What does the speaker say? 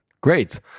great